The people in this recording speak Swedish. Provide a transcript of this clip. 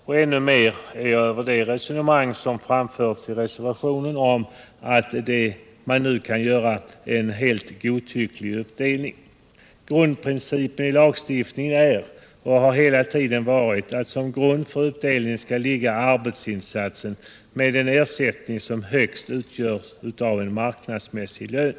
Men ännu mer förvånad är jag över det resonemang som förs i reservationen om att man nu kan göra en helt godtycklig uppdelning. Grundprincipen i lagstiftningen är och har hela tiden varit att som prund för uppdelningen skall ligga arbetsinsatsen, och att ersättningen skall vara högst marknadsmässig lön.